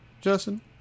Justin